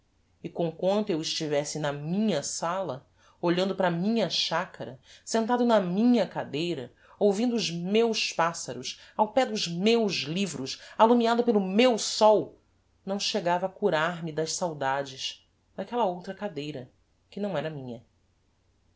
e comquanto eu estivesse na minha sala olhando para a minha chacara sentado na minha cadeira ouvindo os meus passaros ao pé dos meus livros allumiado pelo meu sol não chegava a curar-me das saudades daquella outra cadeira que não era minha